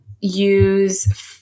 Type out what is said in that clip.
use